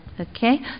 Okay